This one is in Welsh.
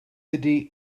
ydy